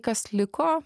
kas liko